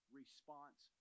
response